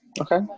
Okay